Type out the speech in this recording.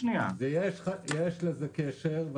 יש לזה קשר.